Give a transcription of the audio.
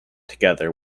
together